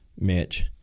Mitch